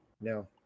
No